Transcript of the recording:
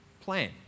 plan